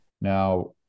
Now